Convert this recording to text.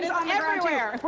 everywhere.